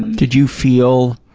did you feel